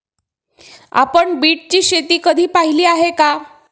आपण बीटची शेती कधी पाहिली आहे का?